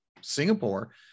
Singapore